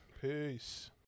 peace